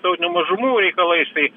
tautinių mažumų reikalais tai